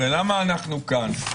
הרי למה אנחנו כאן,